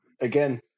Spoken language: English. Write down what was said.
again